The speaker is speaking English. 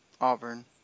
Auburn